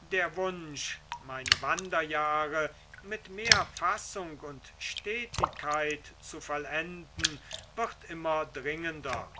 der wunsch meine wanderjahre mit mehr fassung und stetigkeit zu vollenden wird immer dringender